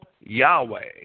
Yahweh